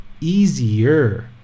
easier